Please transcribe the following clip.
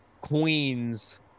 queens